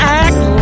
act